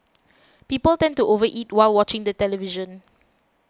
people tend to over eat while watching the television